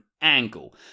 angle